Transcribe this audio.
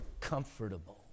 comfortable